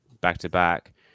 back-to-back